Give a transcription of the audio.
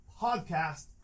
podcast